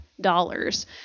dollars